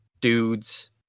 dude's